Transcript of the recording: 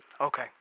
okay